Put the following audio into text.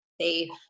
safe